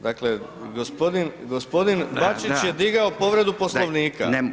dakle gospodin Bačić je digao povredu Poslovnika.